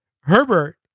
Herbert